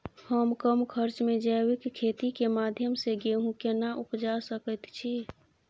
हम कम खर्च में जैविक खेती के माध्यम से गेहूं केना उपजा सकेत छी?